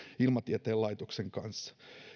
ilmatieteen laitoksen kanssa